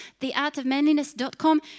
Theartofmanliness.com